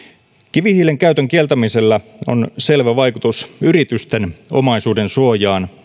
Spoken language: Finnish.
kivihiilen käytön kieltämisellä on selvä vaikutus yritysten omaisuudensuojaan